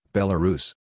Belarus